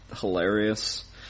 hilarious